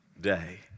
day